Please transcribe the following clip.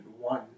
one